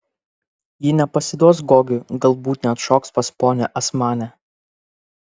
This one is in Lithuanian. ji nepasiduos gogiui galbūt net šoks pas ponią asmanę